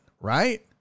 Right